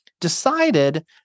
decided